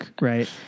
right